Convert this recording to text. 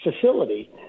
facility